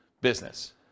business